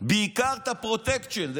בעיקר את הפרוטקשן.